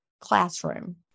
classroom